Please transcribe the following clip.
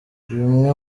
bimwe